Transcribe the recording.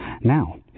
Now